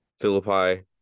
Philippi